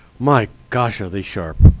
my gosh, are they sharp.